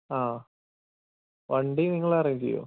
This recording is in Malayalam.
ആ വണ്ടി നിങ്ങള് അറേഞ്ച് ചെയ്യുമോ